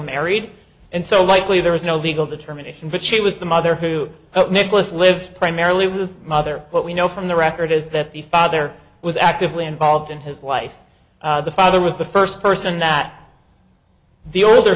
married and so likely there was no legal determination but she was the mother who nicholas lived primarily with his mother what we know from the record is that the father was actively involved in his life the father was the first person that the older